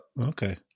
Okay